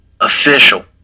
official